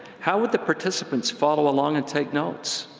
how would the participants follow along and take notes?